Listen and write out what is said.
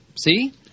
See